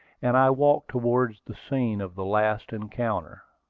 and i walked towards the scene of the last encounter.